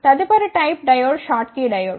తదుపరి type diode Schottky diode